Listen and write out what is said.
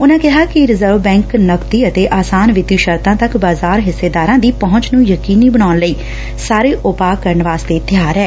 ਉਨ਼ਾਂ ਕਿਹਾ ਕਿ reserve bank ਨਕਦੀ ਅਤੇ ਆਸਾਨ ਵਿੱਤੀ ਸ਼ਰਤਾਂ ਤੱਕ ਬਾਜ਼ਾਰ ਹਿੱਸੇਦਾਰਾ ਦੀ ਪਹੂੰਚ ਨੂੰ ਯਕੀਨੀ ਬਣਾਉਣ ਲਈ ਸਾਰੇ ਉਪਾਅ ਕਰਨ ਵਾਸਤੇ ਤਿਆਰ ਏ